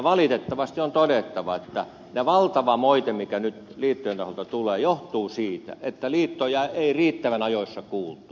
valitettavasti on todettava että se valtava moite mikä nyt liittojen taholta tulee johtuu siitä että liittoja ei riittävän ajoissa kuultu